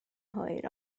hwyr